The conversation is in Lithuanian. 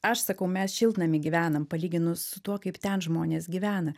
aš sakau mes šiltnamy gyvenam palyginus su tuo kaip ten žmonės gyvena